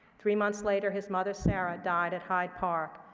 three months later, his mother, sarah, died at hyde park.